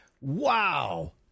Wow